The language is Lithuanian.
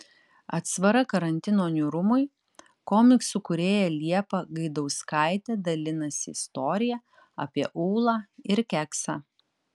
atsvara karantino niūrumui komiksų kūrėja liepa gaidauskaitė dalinasi istorija apie ūlą ir keksą